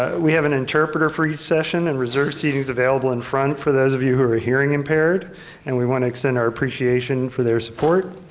ah we have an interpreter for each session and reserved seating available in front for those of you who are hearing impaired and we wanna extend our appreciation for their support.